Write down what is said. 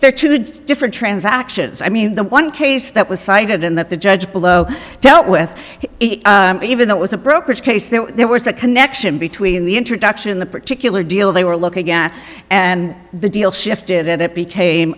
are two different transactions i mean the one case that was cited and that the judge below dealt with it even though it was a brokerage case that there was a connection between the introduction the particular deal they were looking at and the deal shifted and it became